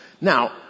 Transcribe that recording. Now